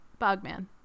Bogman